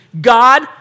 God